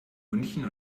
münchen